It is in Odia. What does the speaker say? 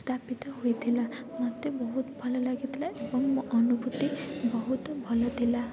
ସ୍ଥାପିତ ହୋଇଥିଲା ମୋତେ ବହୁତ ଭଲ ଲାଗିଥିଲା ଏବଂ ମୋ ଅନୁଭୂତି ବହୁତ ଭଲ ଥିଲା